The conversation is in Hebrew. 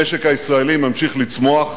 המשק הישראלי ממשיך לצמוח,